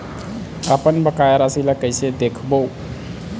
अपन बकाया राशि ला कइसे देखबो?